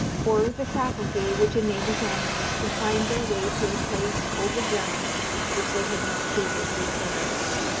or the faculty which enables animals to find their way to a place over ground which they had not previously traversed.